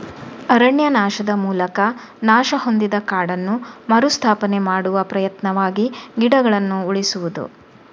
ಅರಣ್ಯನಾಶದ ಮೂಲಕ ನಾಶ ಹೊಂದಿದ ಕಾಡನ್ನು ಮರು ಸ್ಥಾಪನೆ ಮಾಡುವ ಪ್ರಯತ್ನವಾಗಿ ಗಿಡಗಳನ್ನ ಉಳಿಸುದು